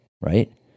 right